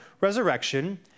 resurrection